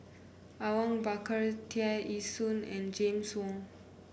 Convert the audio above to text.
Awang Bakar Tear Ee Soon and James Wong